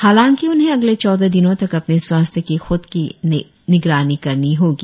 हालांकि उन्हें अगले चौदह दिनों तक अपने स्वास्थ्य की खुद ही निगरानी करनी होगी